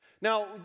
Now